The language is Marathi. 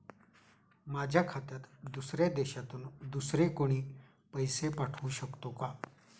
माझ्या खात्यात दुसऱ्या देशातून दुसरे कोणी पैसे पाठवू शकतो का?